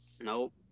nope